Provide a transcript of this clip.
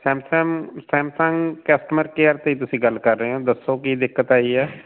ਸੈਮਸਮ Samsung customer care ਤੋਂ ਜੀ ਤੁਸੀਂ ਗੱਲ ਕਰ ਰਹੇ ਹੋ ਦੱਸੋ ਕਿ ਦਿੱਕਤ ਆਈ ਹੈ